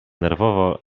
nerwowo